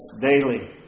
daily